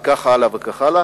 וכן הלאה וכן הלאה.